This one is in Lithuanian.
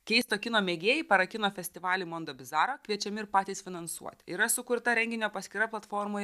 keisto kino mėgėjai parakino festivalį mondobizara kviečiami ir patys finansuot yra sukurta renginio paskyra platformoj